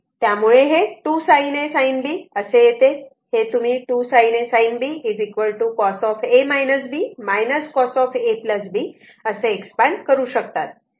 त्यामुळे हे 2 sin A sin B असे येते हे तुम्ही 2 sin A sin B cos cos A B असे एक्सपांड करू शकतात